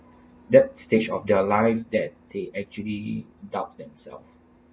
that stage of their lives that they actually doubt themselves